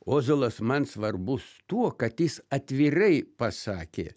ozolas man svarbus tuo kad jis atvirai pasakė